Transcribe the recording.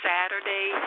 Saturday